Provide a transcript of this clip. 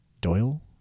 Doyle